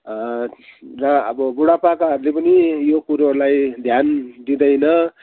र अब बुढापाकाहरूले पनि यो कुरोलाई ध्यान दिँदैन